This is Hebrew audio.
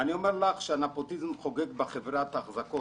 אני אומר לך שהנפוטיזם חוגג בחברת אחזקות.